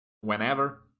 whenever